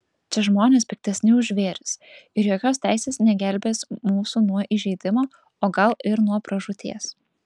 čia žmonės piktesni už žvėris ir jokios teisės negelbės mūsų nuo įžeidimo o gal ir nuo pražūties